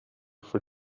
for